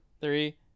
Three